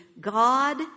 God